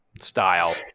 style